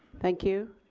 thank you.